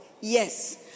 Yes